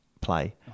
play